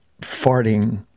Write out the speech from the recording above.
farting